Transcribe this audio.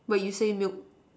but you say milk